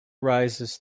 rises